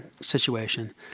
situation